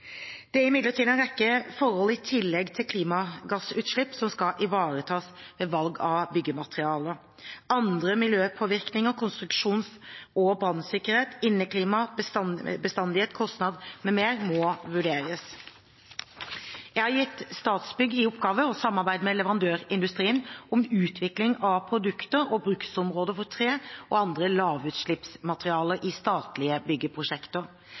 Det er imidlertid en rekke forhold, i tillegg til klimagassutslipp, som skal ivaretas ved valg av byggematerialer. Andre miljøpåvirkninger, konstruksjons- og brannsikkerhet, inneklima, bestandighet, kostnad m.m. må vurderes. Jeg har gitt Statsbygg i oppgave å samarbeide med leverandørindustrien om utvikling av produkter og bruksområder for tre og andre lavutslippsmaterialer i statlige byggeprosjekter.